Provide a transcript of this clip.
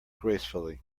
gracefully